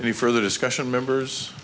any further discussion members